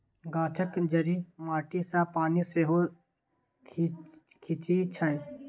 गाछक जड़ि माटी सँ पानि सेहो खीचई छै